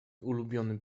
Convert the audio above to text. ulubiony